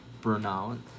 burnout